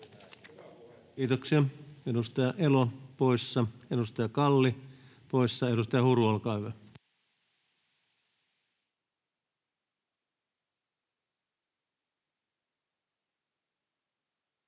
Kiitoksia. — Edustaja Elo poissa, edustaja Kalli poissa. — Edustaja Huru, olkaa hyvä.